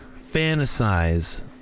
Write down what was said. fantasize